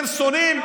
הם שונאים,